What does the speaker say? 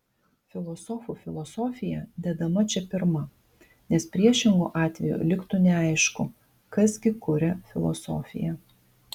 filosofų filosofija dedama čia pirma nes priešingu atveju liktų neaišku kas gi kuria filosofiją